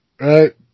Right